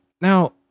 Now